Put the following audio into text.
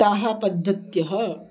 ताः पद्धतयः